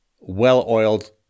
well-oiled